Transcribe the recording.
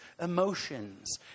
emotions